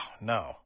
no